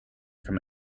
from